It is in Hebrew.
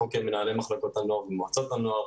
חוק מנהלי מחלקות הנוער ומועצות הנוער